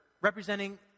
representing